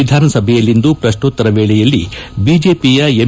ವಿಧಾನಸಭೆಯಲ್ಲಿಂದು ಪ್ರಕ್ಷೋತ್ತರ ವೇಳೆಯಲ್ಲಿ ಬಿಜೆಪಿಯ ಎಂ